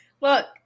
look